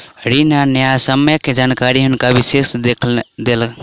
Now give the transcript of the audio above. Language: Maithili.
ऋण आ न्यायसम्यक जानकारी हुनका विशेषज्ञ देलखिन